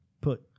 put